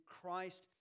Christ